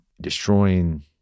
destroying